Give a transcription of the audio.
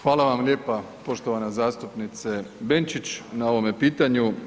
Hvala vam lijepa poštovana zastupnice Benčić na ovome pitanju.